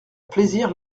plaisir